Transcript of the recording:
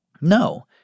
No